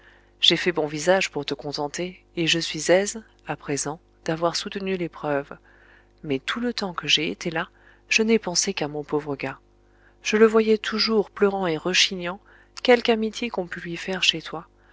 j'ai fait bon visage pour te contenter et je suis aise à présent d'avoir soutenu l'épreuve mais tout le temps que j'ai été là je n'ai pensé qu'à mon pauvre gars je le voyais toujours pleurant et rechignant quelque amitié qu'on pût lui faire chez toi